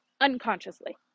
unconsciously